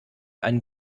einen